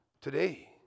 today